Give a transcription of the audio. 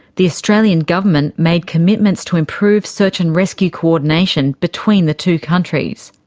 the australian government made commitments to improve search and rescue coordination between the two countries.